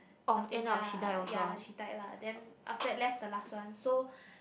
something ya ya she died lah then after that left the last one so